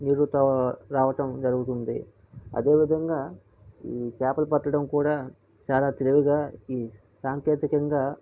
నీరు రావడం జరుగుతుంది అదే విధంగా ఈ చేపలు పట్టడం కూడా చాలా తెలివిగా సాంకేతికంగా